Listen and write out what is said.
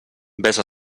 vés